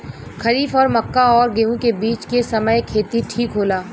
खरीफ और मक्का और गेंहू के बीच के समय खेती ठीक होला?